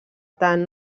tant